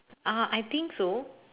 uh I think so